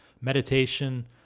meditation